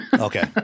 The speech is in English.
Okay